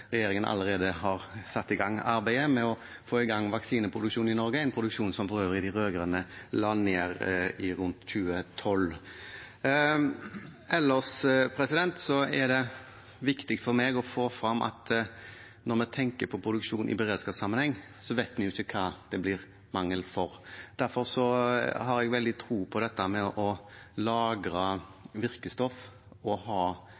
produksjon som for øvrig de rød-grønne la ned rundt 2012. Det er også viktig for meg å få frem at når vi tenker på produksjon i beredskapssammenheng, vet vi ikke hva det blir mangel på. Derfor har jeg veldig tro på det å lagre virkestoffer og ha